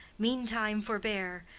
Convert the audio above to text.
meantime forbear,